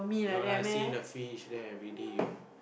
no lah see the fish then everyday you